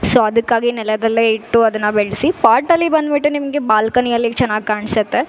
so ಅದಕ್ಕಾಗಿ ನೆಲದಲ್ಲೆ ಇಟ್ಟು ಅದನ್ನು ಬೆಳೆಸಿ ಪಾಟಲ್ಲಿ ಬಂದ್ಬಿಟ್ಟು ನಿಮಗೆ ಬಾಲ್ಕನಿಯಲ್ಲಿ ಚೆನ್ನಾಗ್ ಕಾಣ್ಸುತ್ತೆ